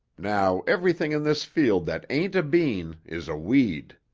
now, everything in this field that ain't a bean is a weed.